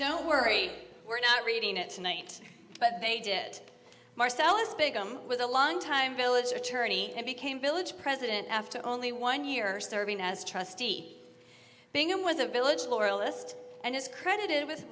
don't worry we're not reading it tonight but they did marcellus begum with a longtime village attorney and became village president after only one year serving as trustee bingham was a village loyalist and is credited with